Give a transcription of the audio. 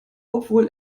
obwohl